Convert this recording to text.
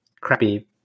crappy